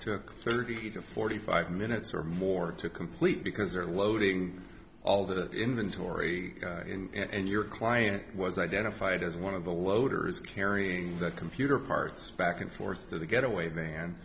took thirty to forty five minutes or more to complete because they're loading all the inventory and your client was identified as one of the loaders carrying the computer parts back and forth to the getaway